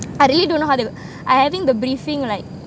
I really don't know how to I having the briefing like